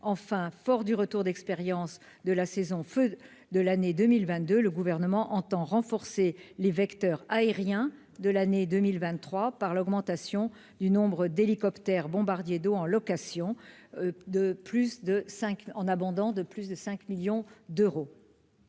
Enfin, fort du retour d'expérience de la saison de feux de l'année 2022, le Gouvernement entend renforcer les vecteurs aériens de l'année 2023 par l'augmentation du nombre d'hélicoptères bombardiers d'eau en location, ce